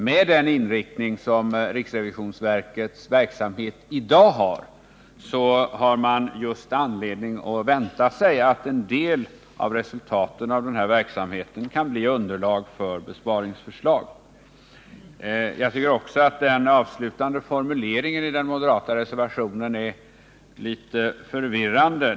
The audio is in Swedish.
Med den inriktning som riksrevisionsverkets verksamhet i dag har, har man anledning att vänta sig att en del av resultaten av denna verksamhet kan bilda underlag för besparingsförslag. Jag tycker också att den avslutande formuleringen i den moderata reservationen är något förvirrande.